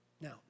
Now